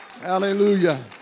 Hallelujah